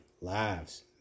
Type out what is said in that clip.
lives